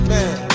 Man